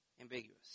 ambiguous